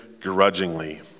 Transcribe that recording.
grudgingly